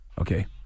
okay